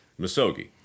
Masogi